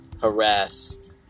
harass